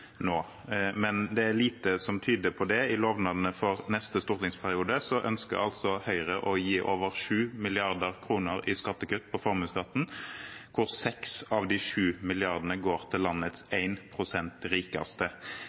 nå. Men det er lite som tyder på det. I lovnadene for neste stortingsperiode ønsker Høyre å gi over 7 mrd. kr i skattekutt på formuesskatten, hvorav 6 mrd. kr går til landets 1 pst. rikeste.